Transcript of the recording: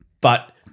But-